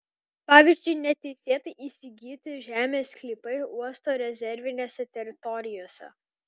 pavyzdžiui neteisėtai įsigyti žemės sklypai uosto rezervinėse teritorijose